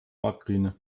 margarine